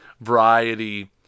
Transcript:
variety